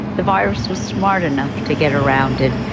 the virus was smart enough to get around it.